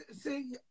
See